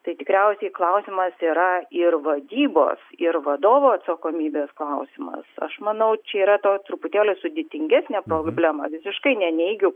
tai tikriausiai klausimas yra ir vadybos ir vadovo atsakomybės klausimas aš manau čia yra to truputėlį sudėtingesnė problema visiškai neneigiu